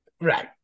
Right